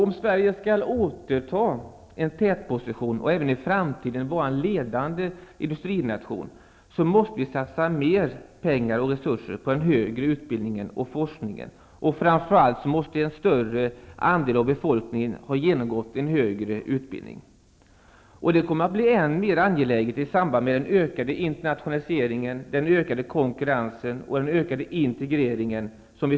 Om Sverige skall återta en tätposition och även i framtiden vara en ledande industrination, måste vi satsa mer pengar och resurser på den högre utbildningen och forskningen. Framför allt måste en större andel av befolkningen ha genomgått en högre utbildning. Det här kommer att bli än mer angeläget i samband med att vi står inför en ökad internationalisering, ökad konkurrens och ökad integrering.